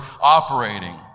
operating